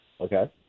Okay